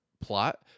plot